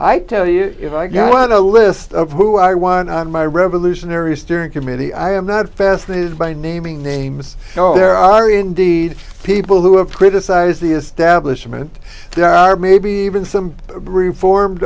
i tell you if i get a list of who i want on my revolutionary steering committee i am not fascinated by naming names there are indeed people who have criticized the establishment there are maybe even some brief formed